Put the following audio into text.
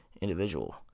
individual